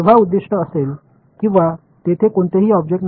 மாணவர் குறிப்பு நேரம் 1137